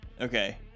Okay